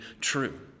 true